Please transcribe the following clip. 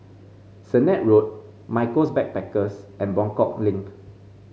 Sennett Road Michaels Backpackers and Buangkok Link